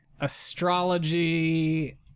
astrology